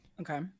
Okay